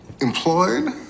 Employed